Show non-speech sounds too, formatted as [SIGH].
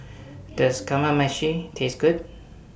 [NOISE] Does Kamameshi Taste Good